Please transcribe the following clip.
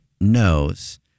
knows